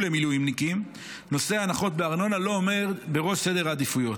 למילואימניקים נושא הנחות בארנונה לא עומד בראש סדר העדיפויות.